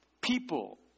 People